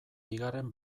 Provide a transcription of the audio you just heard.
bigarren